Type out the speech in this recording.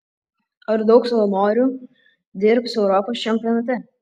ar daug savanorių dirbs europos čempionate